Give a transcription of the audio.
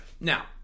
Now